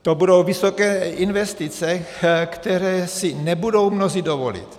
To budou vysoké investice, které si nebudou moci mnozí dovolit.